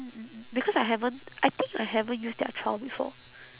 because I haven't I think I haven't used their trial before